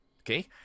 okay